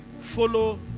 follow